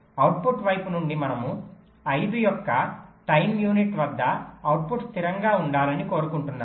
output వైపు నుండి మనము 5 యొక్క టైమ్ యూనిట్ వద్ద అవుట్పుట్ స్థిరంగా ఉండాలని కోరుకుంటున్నాను